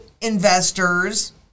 investors